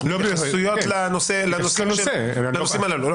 אנחנו בהתייחסויות לנושאים הללו.